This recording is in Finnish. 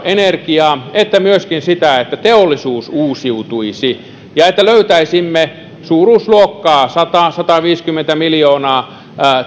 energiaa että myöskin sitä että teollisuus uusiutuisi ja että löytäisimme suuruusluokkaa sata viiva sataviisikymmentä miljoonaa